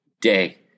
day